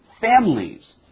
families